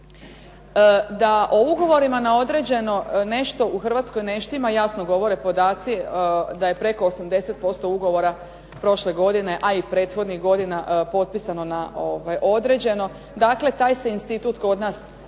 Da o ugovorima na određeno nešto u Hrvatskoj ne štima jasno govore podaci da je preko 80% ugovora prošle godine, a i prethodnih godina potpisano na određeno. Dakle, taj se institut kod nas